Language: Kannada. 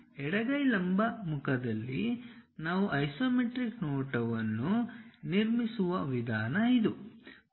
ಎಡಗೈ ಲಂಬ ಮುಖದಲ್ಲಿ ನಾವು ಐಸೊಮೆಟ್ರಿಕ್ ನೋಟವನ್ನು ನಿರ್ಮಿಸುವ ವಿಧಾನ ಇದು